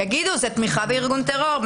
יגידו שזאת תמיכה בארגון טרור.